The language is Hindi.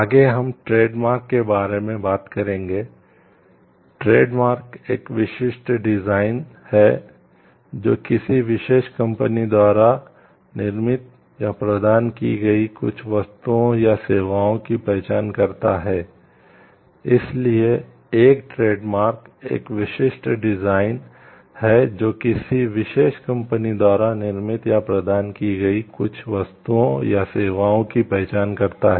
आगे हम ट्रेडमार्क द्वारा निर्मित या प्रदान की गई कुछ वस्तुओं या सेवाओं की पहचान करता है